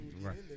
Right